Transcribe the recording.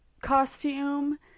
costume